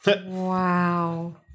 Wow